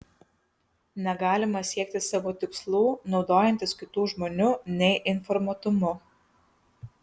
negalima siekti savo tikslų naudojantis kitų žmonių neinformuotumu